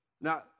Now